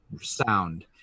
sound